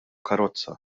karozza